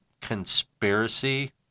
conspiracy